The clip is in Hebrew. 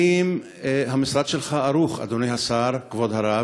האם המשרד שלך ערוך, אדוני השר, כבוד הרב,